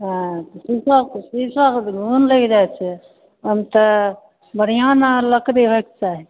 आयँ तऽ शीशोके शीशोके तऽ घून लगि जाइत छै ओहिमे तऽ बढ़िआँ ने लकड़ी होइके चाही